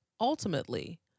ultimately